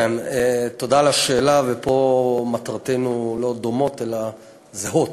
תודה על השאלה, ופה מטרותינו לא דומות, אלא זהות.